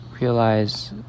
realize